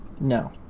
No